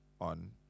on